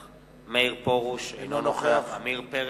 מאיר פרוש, אינו נוכח עמיר פרץ,